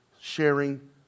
sharing